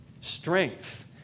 Strength